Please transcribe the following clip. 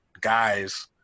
guys